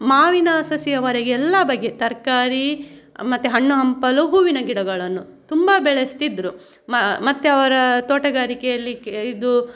ಮಾವಿನ ಸಸಿಯವರೆಗೆ ಎಲ್ಲಾ ಬಗೆ ತರಕಾರಿ ಮತ್ತೆ ಹಣ್ಣು ಹಂಪಲು ಹೂವಿನ ಗಿಡಗಳನ್ನು ತುಂಬಾ ಬೆಳಸ್ತಿದ್ದರು ಮತ್ತೆ ಅವರ ತೋಟಗಾರಿಕೆಯಲ್ಲಿ ಕೆ ಇದು